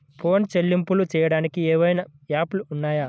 Phone చెల్లింపులు చెయ్యటానికి ఏవైనా యాప్లు ఉన్నాయా?